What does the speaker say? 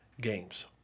games